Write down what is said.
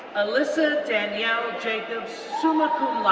alyssa danielle jacobs, summa